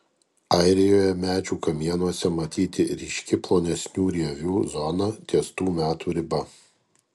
airijoje medžių kamienuose matyti ryški plonesnių rievių zona ties tų metų riba